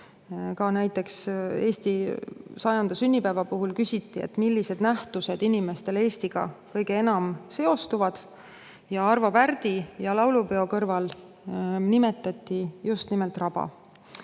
Ka Eesti 100. sünnipäeva puhul küsiti, millised nähtused inimestele Eestiga kõige enam seostuvad, ning Arvo Pärdi ja laulupeo kõrval nimetati just nimelt raba. Heas